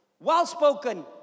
well-spoken